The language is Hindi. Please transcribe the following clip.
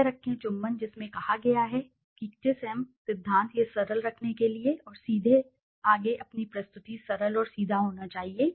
यह रखें चुंबन जिसमें कहा गया है की किस एम"Kiss Em सिद्धांत यह सरल रखने के लिए और सीधे आगे अपनी प्रस्तुति सरल और सीधा होना चाहिए